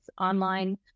online